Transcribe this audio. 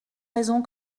raisons